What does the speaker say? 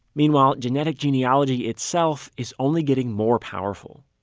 meanwhile genetic genealogy itself is only getting more powerful.